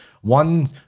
One